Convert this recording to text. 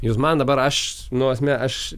jūs man dabar aš nu asme aš